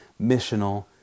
missional